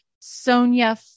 Sonia